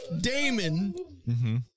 Damon